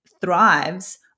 thrives